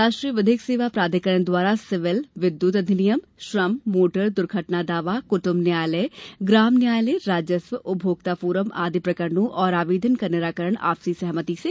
राष्ट्रीय विधिक सेवा प्राधिकरण द्वारा सिविल विद्युत अधिनियम श्रम मोटर द्र्घटना दावा कृट्म्ब न्यायालय ग्राम न्यायालय राजस्व उपभोक्ता फोरम आदी प्रकरणों और आवेदन का निराकरण आपसी सहमति से किया जाएगा